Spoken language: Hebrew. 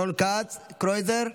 רון כץ, קרויזר?